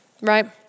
right